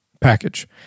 package